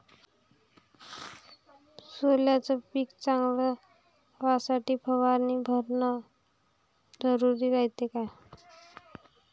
सोल्याचं पिक चांगलं व्हासाठी फवारणी भरनं जरुरी हाये का?